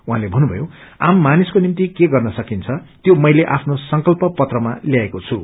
उहाँले भन्नुभयो आममानिसको निम्ति के गर्न सकिन्छ त्यो मैले आफ्नो संकल्प पत्रमा ल्याएको छु